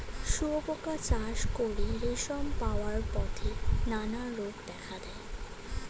শুঁয়োপোকা চাষ করে রেশম পাওয়ার পথে নানা রোগ দেখা দেয়